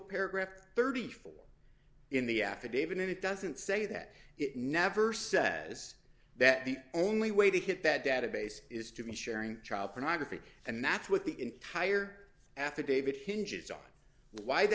paragraph thirty four in the affidavit it doesn't say that it never says that the only way to hit that database is to be sharing child pornography and that's what the entire affidavit hinges on why the